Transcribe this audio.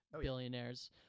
billionaires